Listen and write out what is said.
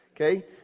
Okay